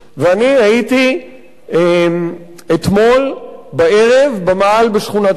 אני הייתי אתמול בערב במאהל בשכונת-התקווה,